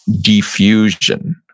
diffusion